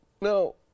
No